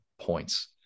points